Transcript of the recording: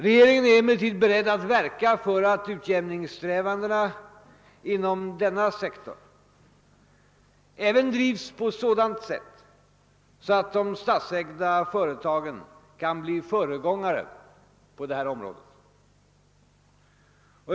Regeringen är emellertid beredd att verka för att utjämningssträvandena även inom denna sektor drivs på ett sådant sätt att de statsägda företagen kan bli föregångare på området.